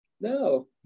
No